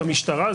המשטרה,